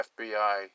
FBI